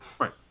right